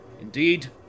Indeed